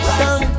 sun